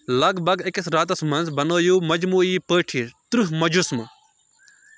لَگ بَگ أکِس رٮ۪تَس منٛز بنٲیِو مجموٗعی پٲٹھۍ تٕرٛہ مجسمہٕ